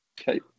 Okay